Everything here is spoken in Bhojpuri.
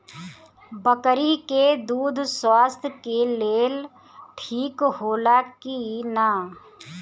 बकरी के दूध स्वास्थ्य के लेल ठीक होला कि ना?